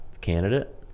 candidate